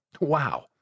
Wow